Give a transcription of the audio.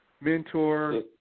mentor